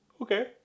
Okay